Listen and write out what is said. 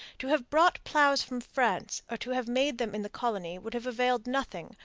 to have brought ploughs from france or to have made them in the colony would have availed nothing,